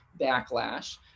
backlash